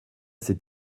s’est